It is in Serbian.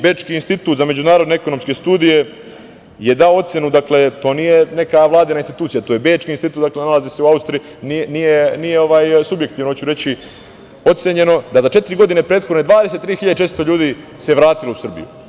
Bečki institut za međunarodno-ekonomske studije je dao ocenu, to nije neka Vladina institucija, to je Bečki institut, nalazi se u Austriji, nije subjektivan, hoću reći, da za četiri godine prethodne 23.400 ljudi se vratilo u Srbiju.